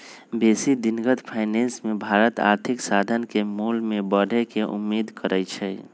बेशी दिनगत फाइनेंस मे भारत आर्थिक साधन के मोल में बढ़े के उम्मेद करइ छइ